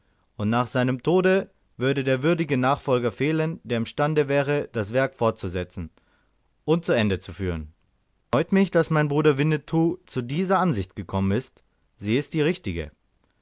und nach seinem tode würde der würdige nachfolger fehlen der imstande wäre das werk fortzusetzen und zu ende zu führen es freut mich daß mein bruder winnetou zu dieser ansicht gekommen ist sie ist die richtige